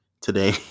today